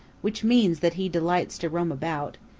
which means that he delights to roam about,